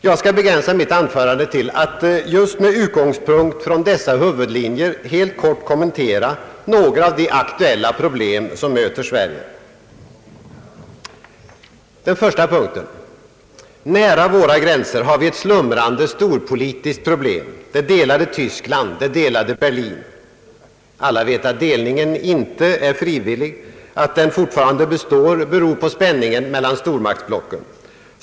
Jag skall begränsa mitt anförande till att just med utgångspunkt från dessa huvudlinjer helt kort kommentera några av de aktuella problem som möter Sverige. Punkt 1. Nära våra gränser har vi ett slumrande storpolitiskt problem: det delade Tyskland och det delade Berlin. Alla vet att delningen inte är frivillig. Att den fortfarande består, beror på spänningen mellan stormaktsblocken.